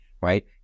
right